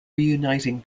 reuniting